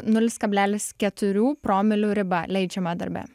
nulis kablelis keturių promilių riba leidžiama darbe